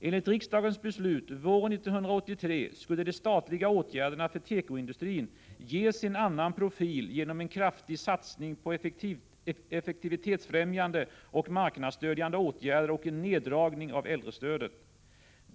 Enligt riksdagens beslut våren 1983 skulle de statliga åtgärderna för tekoindustrin ges en annan profil genom en kraftig satsning på effektivitetsfrämjande och marknadsstödjande åtgärder och en neddragning av äldrestödet.